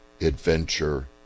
adventure